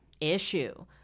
issue